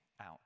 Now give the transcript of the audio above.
out